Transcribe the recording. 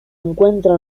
encuentra